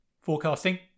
forecasting